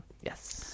Yes